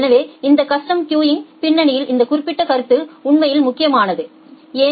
எனவே இந்த கஸ்டம் கியூங்யின் பின்னணியில் இந்த குறிப்பிட்ட கருத்து உண்மையில் முக்கியமானது ஏன்